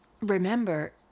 Remember